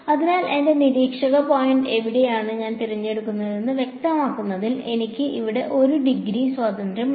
അതിനാൽ എന്റെ നിരീക്ഷക പോയിന്റ് എവിടെയാണ് ഞാൻ തിരഞ്ഞെടുക്കേണ്ടതെന്ന് വ്യക്തമാക്കുന്നതിൽ എനിക്ക് ഇവിടെ 1 ഡിഗ്രി സ്വാതന്ത്ര്യമുണ്ട്